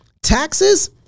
Taxes